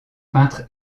peintre